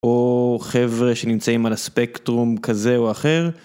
או חבר'ה שנמצאים על הספקטרום כזה או אחר.